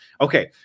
Okay